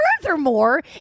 furthermore